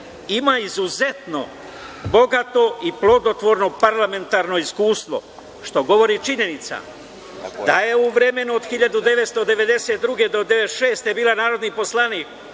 ima izuzetno bogato i plodotvorno parlamentarno iskustvo, što govori činjenica da je u vremenu od 1992. godine do 1996. godine bila narodni poslanik